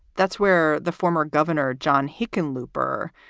that's where the former governor, john hickenlooper,